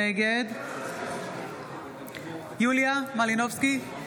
נגד יוליה מלינובסקי,